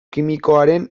kimikoaren